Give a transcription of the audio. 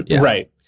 Right